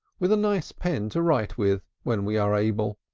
with a nice pen to write with when we are able.